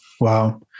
Wow